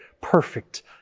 perfect